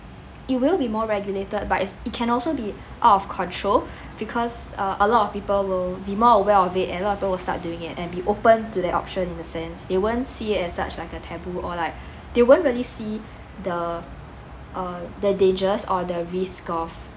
it will be more regulated but it's it can also be out of control because uh a lot of people will be more aware of it and a lot of people will start doing it and be open to that option in a sense they won't see it as such like a taboo or like they won't really see the uh the dangers or the risk of